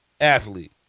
athlete